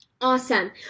awesome